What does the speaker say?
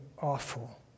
awful